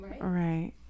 Right